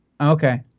Okay